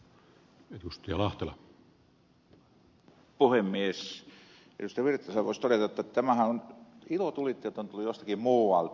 pertti virtaselle voisi todeta jotta ilotulitteet ovat tulleet jostakin muualta